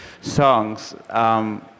songs